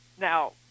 Now